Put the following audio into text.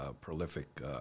prolific